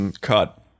Cut